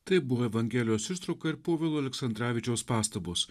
tai buvo evangelijos ištrauka ir povilo aleksandravičiaus pastabos